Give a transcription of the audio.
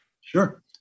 Sure